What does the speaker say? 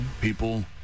People